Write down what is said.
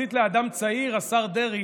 יחסית לאדם צעיר השר אלקין